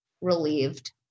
relieved